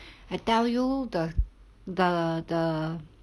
I tell you the the the